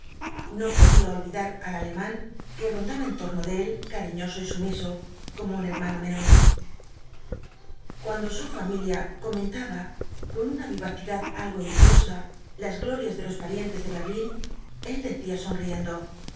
no podía olvidar al alemán que rondaba en torno de él cariñoso y sumiso como un hermano menor cuando su familia comentaba con una vivacidad algo envidiosa las glorias de los parientes de berlín él decía sonriendo